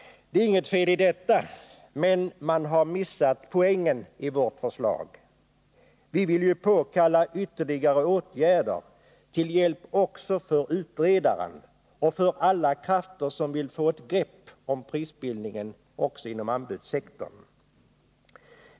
Det är inget fel i detta, men man har missat poängen i vårt förslag: vi vill ju påkalla ytterligare åtgärder till hjälp också för utredaren och för alla krafter som vill få ett grepp om prisbildningen också inom anbudssektorn.